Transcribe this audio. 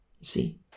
See